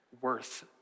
worth